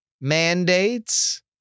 mandates